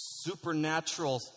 supernatural